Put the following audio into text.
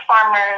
farmers